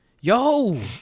Yo